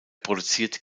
produziert